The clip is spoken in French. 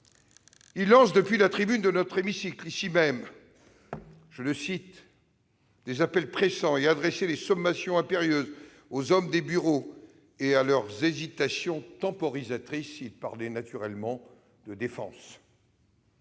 il lançait depuis la tribune de notre hémicycle des « appels pressants » et adressait des « sommations impérieuses »« aux hommes des bureaux et à leurs hésitations temporisatrices ». Il parlait naturellement de défense.